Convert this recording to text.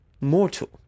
mortal